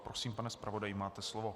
Prosím, pane zpravodaji, máte slovo.